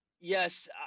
Yes